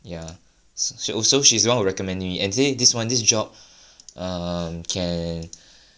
ya also she's also the one who recommend me and say this one this job err can